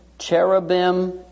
Cherubim